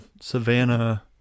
Savannah